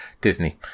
Disney